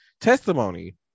testimony